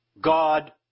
God